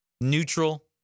neutral